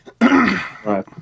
Right